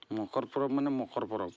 ମକର ପରବ ମାନେ ମକର ପରବ